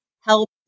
help